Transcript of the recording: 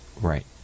right